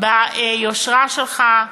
ביושרה שלך,